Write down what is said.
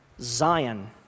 Zion